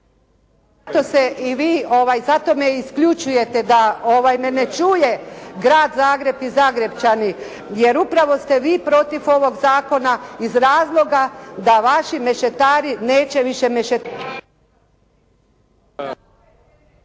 zato me isključujete da me ne čuje Grad Zagreb i Zagrepčani jer upravo ste vi protiv ovog zakona iz razloga da vaši mešetari neće više …